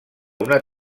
una